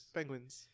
Penguins